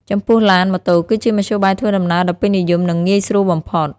ចំពោះឡាន ម៉ូតូ គឺជាមធ្យោបាយធ្វើដំណើរដ៏ពេញនិយម និងងាយស្រួលបំផុត។